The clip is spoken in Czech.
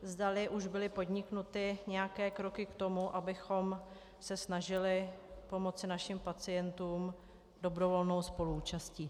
Zdali už byly podniknuty nějaké kroky k tomu, abychom se snažili pomoci našim pacientům dobrovolnou spoluúčastí.